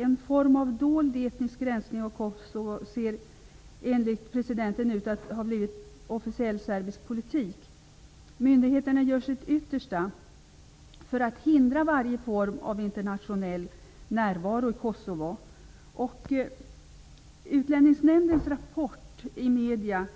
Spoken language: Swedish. En form av dold etnisk rensning av Kosovo ser, enligt presidenten, ut att ha blivit officiell serbisk politik. Myndigheterna gör sitt yttersta för att hindra varje form av internationell närvaro i Kosovo. I Utlänningsnämndens rapport i medierna